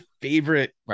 favorite